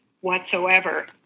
whatsoever